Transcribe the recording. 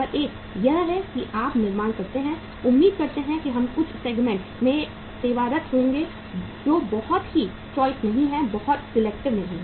number एक यह है कि आप निर्माण करते हैं उम्मीद करते हैं कि हम कुछ सेगमेंट में सेवारत होंगे जो बहुत ही चॉइस नहीं है बहुत सेलेक्टिव नहीं है